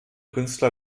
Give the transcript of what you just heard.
künstler